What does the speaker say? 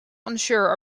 unsure